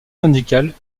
syndicales